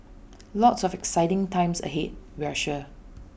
lots of exciting times ahead we're sure